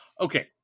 Okay